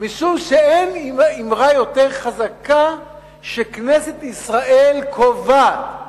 משום שאין אמרה יותר חזקה מזו שכנסת ישראל קובעת